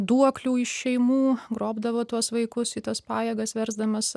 duoklių iš šeimų grobdavo tuos vaikus į tas pajėgas versdamas